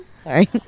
Sorry